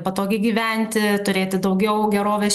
patogiai gyventi turėti daugiau gerovės